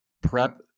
prep